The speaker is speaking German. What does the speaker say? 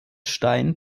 stein